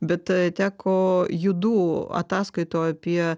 bet teko judu ataskaitoj apie